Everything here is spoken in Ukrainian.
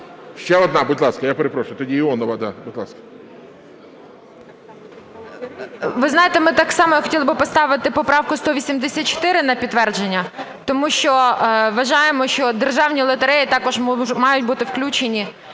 Ще одна. Будь ласка, я перепрошую, тоді Іонова, да. Будь ласка. 12:49:00 ІОНОВА М.М. Ви знаєте, ми так само хотіли би поставити поправку 184 на підтвердження. Тому що вважаємо, що державні лотереї також мають бути включені